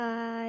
Bye